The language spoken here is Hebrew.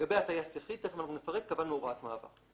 לגבי טייס יחיד תכף אנחנו נפרט, קבענו הוראת שעה.